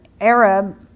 Arab